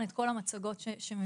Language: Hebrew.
הוא